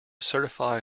certify